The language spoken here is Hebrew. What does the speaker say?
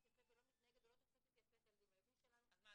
יפה ולא מתנהגת יפה אל הילדים --- אז מה,